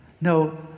No